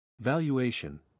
Valuation